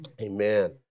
Amen